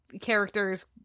characters